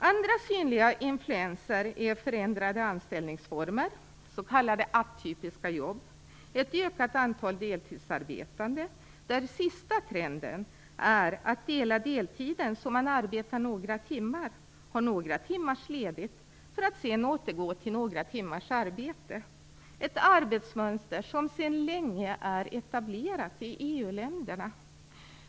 Andra synliga influenser är förändrade anställningsformer, s.k. atypiska jobb. Vi har ett ökat antal deltidsarbetande, och den senaste trenden är att dela upp deltiden så att man arbetar några timmar och har några timmars ledigt för att sedan återgå till några timmars arbete. Detta är ett arbetsmönster som sedan länge är etablerat i EU-länderna.